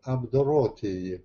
apdoroti jį